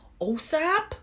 OSAP